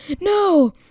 no